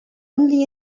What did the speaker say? only